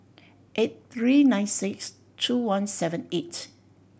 eight three nine six two one seven eight